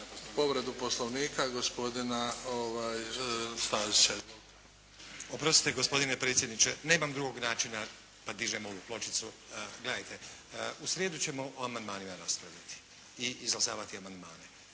povredu Poslovnika gospodin Stazić. **Stazić, Nenad (SDP)** Oprostite gospodine predsjedniče, nemam drugog načina pa dižem ovu pločicu. Gledajte u srijedu ćemo o amandmanima raspravljati i izglasavati amandmane.